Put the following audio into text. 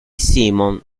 simon